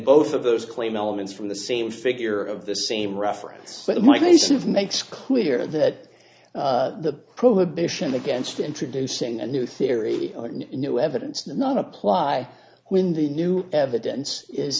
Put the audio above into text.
both of those claim elements from the same figure of the same reference but my case of makes clear that the prohibition against introducing a new theory or new evidence not apply when the new evidence is